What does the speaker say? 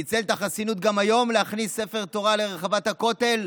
ניצל את החסינות גם היום להכניס ספר תורה לרחבת הכותל?